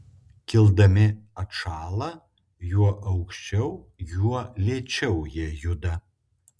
kildami atšąla juo aukščiau juo lėčiau jie juda